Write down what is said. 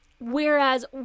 Whereas